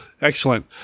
Excellent